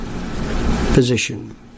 position